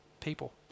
people